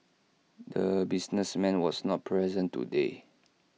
the businessman was not present today